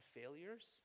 failures